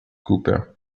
copper